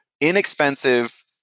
Inexpensive